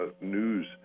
news